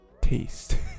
taste